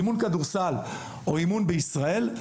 אימון כדורסל או אימון בישראל,